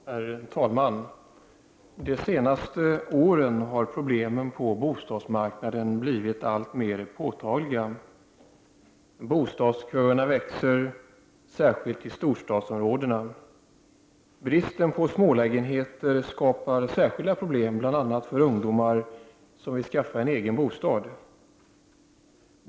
Herr talman! De senaste åren har problemen på bostadsmarknaden blivit alltmer påtagliga: — Bostadsköerna växer, särskilt i storstadsområdena. —- Bristen på smålägenheter skapar särskilda problem, bl.a. för ungdomar som vill skaffa sig en egen bostad.